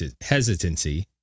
hesitancy